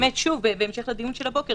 בהמשך לדיון של הבוקר,